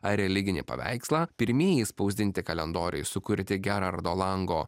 ar religinį paveikslą pirmieji spausdinti kalendoriai sukurti gerardo lango